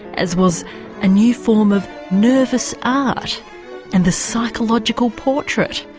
as was a new form of nervous art and the psychological portrait.